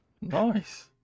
Nice